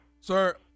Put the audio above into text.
Sir